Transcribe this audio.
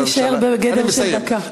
נא להישאר בגדר של דקה.